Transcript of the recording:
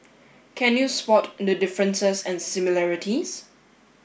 can you spot the differences and similarities